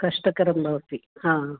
कष्टकरं भवति हा